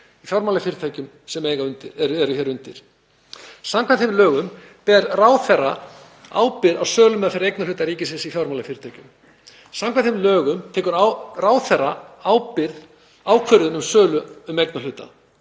í fjármálafyrirtækjum sem eru undir. Samkvæmt þeim lögum ber ráðherra ábyrgð á sölumeðferð eignarhluta ríkisins í fjármálafyrirtækjum. Samkvæmt þeim lögum tekur ráðherra ákvörðun um sölu eignarhluta,